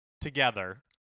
together